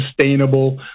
sustainable